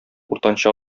уртанчы